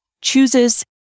chooses